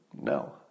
No